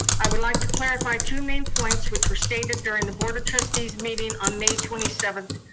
i would like to clarify two main points which were stated during the board of trustees meeting on may twenty seventh,